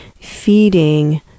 feeding